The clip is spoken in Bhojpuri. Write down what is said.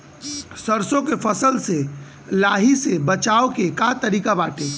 सरसो के फसल से लाही से बचाव के का तरीका बाटे?